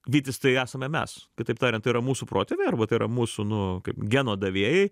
vytis tai esame mes kitaip tariant tai yra mūsų protėviai arba tai yra mūsų nu kaip geno davėjai